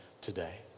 today